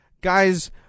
Guys